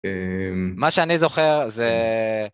מה שאני זוכר זה